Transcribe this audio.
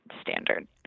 standard